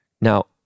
Now